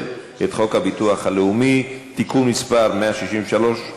את חוק הביטוח הלאומי (תיקון מס' 163),